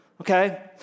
okay